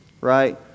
Right